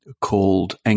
called